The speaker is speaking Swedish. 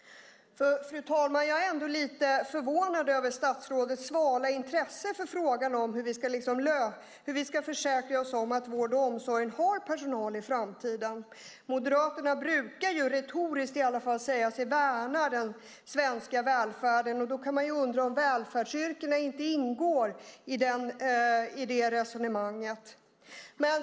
Fru talman! Jag är ändå lite förvånad över statsrådets svala intresse för frågan om hur vi ska försäkra oss om att vård och omsorg har personal i framtiden. Moderaterna brukar i alla fall retoriskt säga att de värnar om den svenska välfärden. Då kan man undra om välfärdsyrkena inte ingår i det resonemanget.